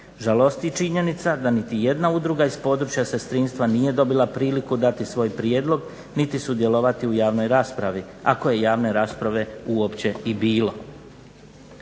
Žalosti činjenica da niti jedna udruga iz područja sestrinstva nije dobila priliku dati svoj prijedlog niti sudjelovati u javnoj raspravi, ako je javne rasprave uopće i bilo.